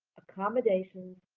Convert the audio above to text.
accommodations,